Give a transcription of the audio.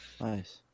Nice